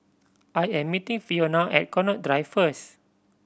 I am meeting Fiona at Connaught Drive first